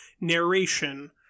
narration